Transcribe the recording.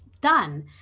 done